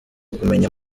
kumenya